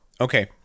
Okay